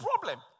problem